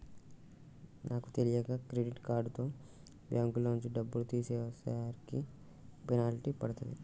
నాకు తెలియక క్రెడిట్ కార్డుతో బ్యేంకులోంచి డబ్బులు తీసేసరికి పెనాల్టీ పడినాది